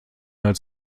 als